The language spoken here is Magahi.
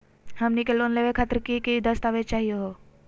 हमनी के लोन लेवे खातीर की की दस्तावेज चाहीयो हो?